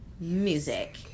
music